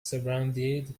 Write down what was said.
surrounded